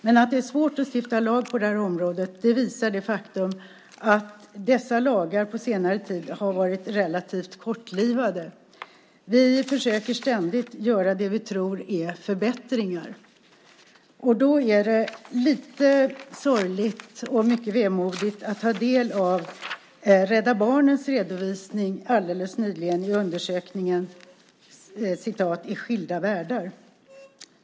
Men att det är svårt att stifta lag på detta område visar det faktum att dessa lagar under senare tid har varit relativt kortlivade. Vi försöker ständigt göra det som vi tror är förbättringar. Då är det lite sorgligt och mycket vemodigt att ta del av Rädda Barnens nyligen gjorda undersökning I skilda världar .